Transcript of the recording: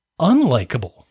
unlikable